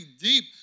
deep